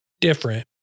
different